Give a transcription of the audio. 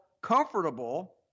comfortable